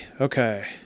okay